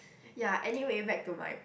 ya anyway back to my